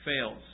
fails